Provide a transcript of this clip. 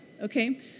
okay